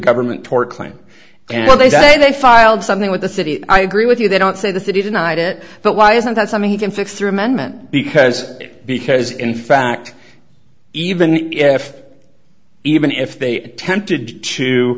government tort claim and what they say they filed something with the city i agree with you they don't say that they denied it but why isn't that something you can fix through amendment because because in fact even if even if they attempted to